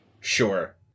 Sure